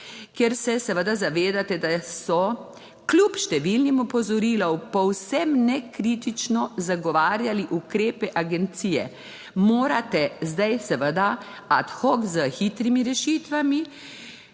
Ker se seveda zavedate, da so kljub številnim opozorilom povsem nekritično zagovarjali ukrepe agencije morate zdaj seveda ad hoc s hitrimi rešitvami